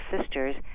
sisters